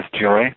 joy